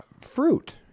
fruit